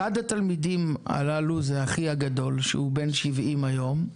אחד התלמידים זה אחי הגדול שהוא בן 70 היום,